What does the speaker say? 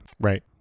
right